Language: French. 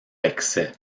excès